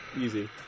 Easy